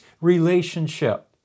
relationship